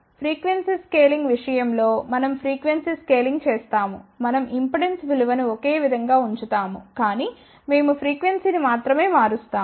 frequency scaling విషయం లో మనం ఫ్రీక్వెన్సీ స్కేలింగ్ చేస్తాము మనం ఇంపెడెన్స్ విలువను ఒకే విధంగా ఉంచుతాము కాని మేము ఫ్రీక్వెన్సీ ని మాత్రమే మారుస్తాము